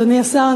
אדוני השר,